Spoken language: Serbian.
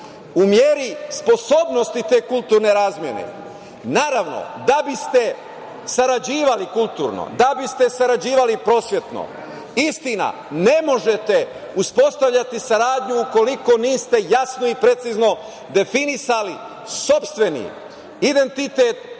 u meri sposobnosti te kulturne razmene, naravno da biste sarađivali kulturno, da biste sarađivali prosvetno. Istina, ne možete uspostavljati saradnju ukoliko niste jasno i precizno definisali sopstveni identitet,